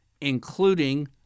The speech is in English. including